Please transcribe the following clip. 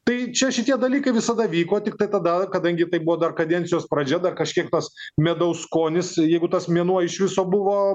tai čia šitie dalykai visada vyko tiktai tada kadangi tai buvo dar kadencijos pradžia dar kažkiek tas medaus skonis jeigu tas mėnuo iš viso buvo